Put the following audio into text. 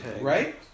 right